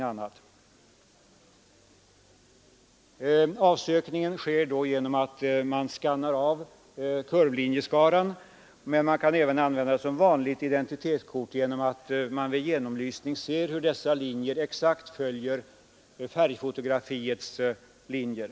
Avsökningen sker genom att man | ”scannar av” kurvlinjeskaran, men man kan även använda kortet som ett Nr 34 vanligt identitetskort genom att man vid genomlysning ser hur linjerna Torsdagen den | exakt följer färgfotografiets linjer.